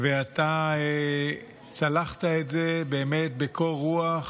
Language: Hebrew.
ואתה צלחת את זה באמת בקור רוח.